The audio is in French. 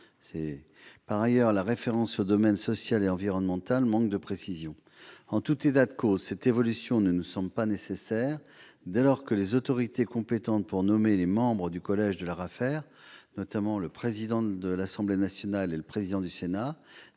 Par ailleurs, la référence au domaine social et environnemental manque de précision. En tout état de cause, cette évolution ne nous semble pas nécessaire dès lors que les autorités compétentes pour nommer les membres du collège de l'ARAFER, notamment le président de l'Assemblée nationale et le président du Sénat,